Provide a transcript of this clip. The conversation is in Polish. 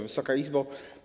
Wysoka Izbo!